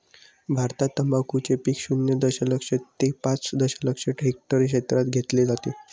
भारतात तंबाखूचे पीक शून्य दशलक्ष ते पाच दशलक्ष हेक्टर क्षेत्रात घेतले जाते